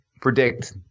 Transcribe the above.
predict